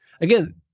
Again